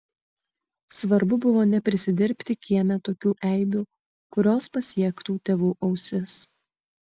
svarbu buvo neprisidirbti kieme tokių eibių kurios pasiektų tėvų ausis